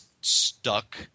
stuck